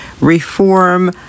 reform